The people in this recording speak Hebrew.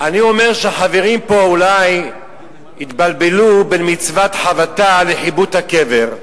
אני אומר שהחברים פה אולי התבלבלו בין מצוות חבטה לחיבוט הקבר,